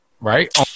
right